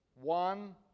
One